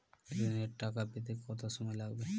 ঋণের টাকা পেতে কত সময় লাগবে?